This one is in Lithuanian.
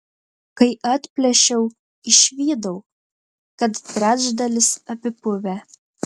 kai atplėšiau išvydau kad trečdalis apipuvę